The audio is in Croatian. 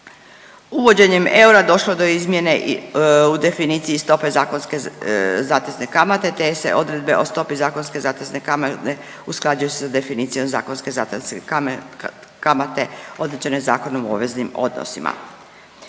Uvođenjem eura došlo je do izmjene u definiciji stope zakonske zatezne kamate, te se odredbe o stopi zakonske zatezne kamate usklađuju sa definicijom zakonske zatezne kamate određene Zakonom o obveznim odnosima.